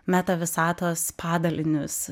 meta visatos padalinius